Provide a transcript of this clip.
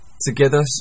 together